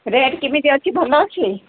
rate କେମିତି ଅଛି ଭଲ ଅଛି